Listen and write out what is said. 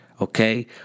okay